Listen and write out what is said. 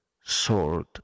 sword